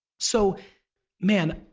so man,